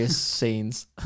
scenes